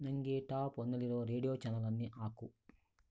ನನಗೆ ಟಾಪ್ ಒನ್ನಲ್ಲಿರೋ ರೇಡಿಯೊ ಚಾನಲನ್ನೇ ಹಾಕು